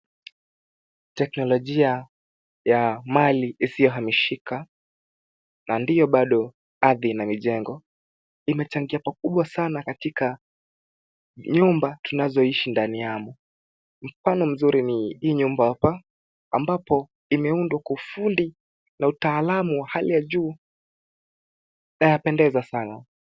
Teknolojia ya mali isiyo hamishika na ndio bado arthi ina mijengo, imechangia sana pakubwa katika nyumba tunazoishi ndani yamo ,mfano mzuri ni hii nyumba hapa ambapo imeundwa kwa ufundi na utaalamu wa hali ya juu na yapendeza sana.